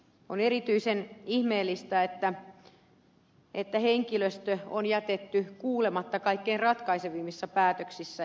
on erityisen ihmeellistä että henkilöstö on jätetty kuulematta kaikkein ratkaisevimmissa päätöksissä